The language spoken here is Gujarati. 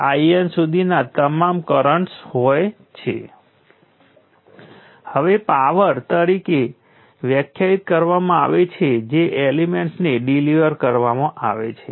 તો આ પરિણામ આપણને સૌ પ્રથમ શું કહે છે જો તમે ઇન્ડક્ટરમાં 0 થી I1 માં કરંટ t1 માં બદલો છો તો ઇન્ડક્ટરને કુલ એનર્જી 12LIL2ડીલીવર થશે